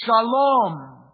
Shalom